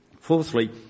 Fourthly